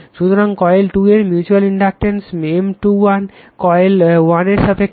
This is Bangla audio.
সুতরাং কয়েল 2 এর মিউচ্যুয়াল ইন্ডাকটেন্স M 2 1 কয়েল 1 এর সাপেক্ষে